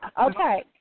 Okay